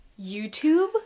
YouTube